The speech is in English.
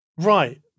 Right